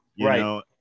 right